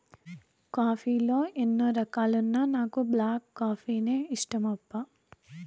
coffee లో ఎన్నో రకాలున్నా నాకు బ్లాక్ కాఫీనే ఇష్టమప్పా